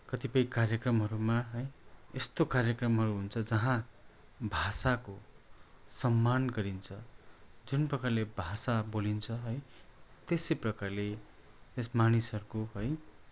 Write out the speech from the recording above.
कतिपय कार्यक्रमहरूमा है यस्तो कार्यक्रमहरू हुन्छ जहाँ भाषाको सम्मान गरिन्छ जुन प्रकारले भाषा बोलिन्छ है त्यसै प्रकारले यस मानिसहरूको है